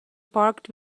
parked